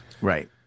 Right